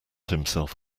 himself